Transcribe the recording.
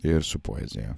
ir su poezija